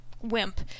wimp